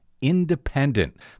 independent